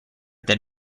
that